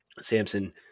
Samson